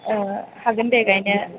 हागोन दे गायनो